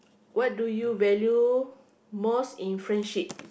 what do you value most in friendship